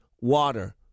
water